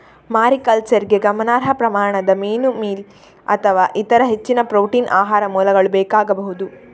ಮಾರಿಕಲ್ಚರಿಗೆ ಗಮನಾರ್ಹ ಪ್ರಮಾಣದ ಮೀನು ಮೀಲ್ ಅಥವಾ ಇತರ ಹೆಚ್ಚಿನ ಪ್ರೋಟೀನ್ ಆಹಾರ ಮೂಲಗಳು ಬೇಕಾಗಬಹುದು